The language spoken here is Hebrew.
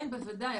כן, בוודאי.